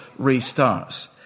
restarts